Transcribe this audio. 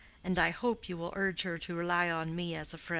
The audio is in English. and i hope you will urge her to rely on me as a friend.